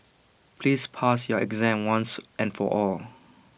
please pass your exam once and for all